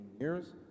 years